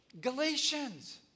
Galatians